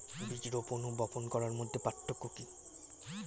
বীজ রোপন ও বপন করার মধ্যে পার্থক্য কি?